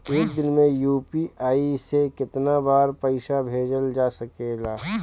एक दिन में यू.पी.आई से केतना बार पइसा भेजल जा सकेला?